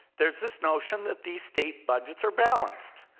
there's this notion that these state budgets are balanced.